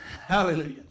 Hallelujah